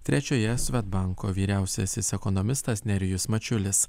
trečioje svedbanko vyriausiasis ekonomistas nerijus mačiulis